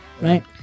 right